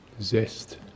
zest